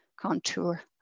contour